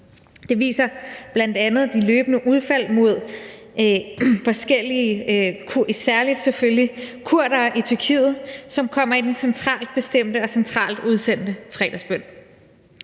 Det viser bl.a. de løbende udfald mod selvfølgelig særlig kurdere i Tyrkiet, som kommer i den centralt bestemte og centralt udsendte fredagsbøn.